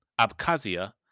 Abkhazia